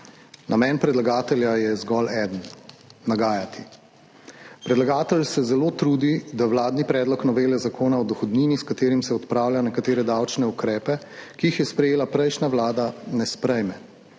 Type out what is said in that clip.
Namen predlagatelja je zgolj eden - nagajati Predlagatelj se zelo trudi, da vladni predlog novele Zakona o dohodnini, s katerim se odpravlja nekatere davčne ukrepe, ki jih je sprejela prejšnja vlada, ne sprejme.